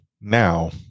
now